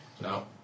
No